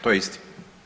To je istina.